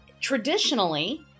traditionally